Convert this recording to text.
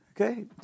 Okay